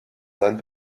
seinen